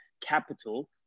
capital